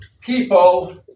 people